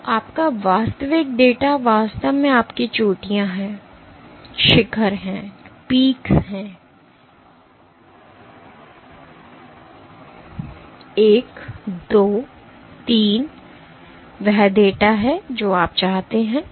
तो आपका वास्तविक डेटा वास्तव में आपकी चोटियां हैं 1 2 3 वह डेटा है जो आप चाहते हैं